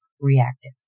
reactive